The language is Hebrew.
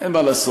אין מה לעשות,